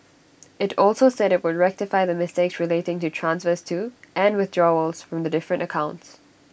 IT also said IT would rectify the mistakes relating to transfers to and withdrawals from the different accounts